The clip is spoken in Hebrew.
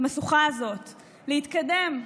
להתקדם,